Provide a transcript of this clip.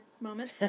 moment